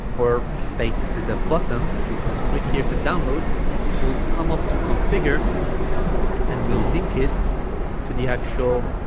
or basically the button which says click here to download will come up to configure and we'll link it to the actual